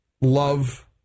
love